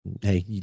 Hey